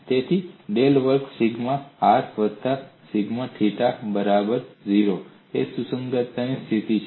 તેથી ડેલ વર્ગ sigma r વત્તા સિગ્મા થીટા બરાબર 0 એ સુસંગતતાની સ્થિતિ છે